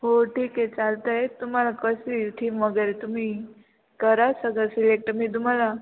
हो ठीक आहे चालतं आहे तुम्हाला कसली थीम वगैरे तुम्ही करा सगळं सिलेक्ट मी तुम्हाला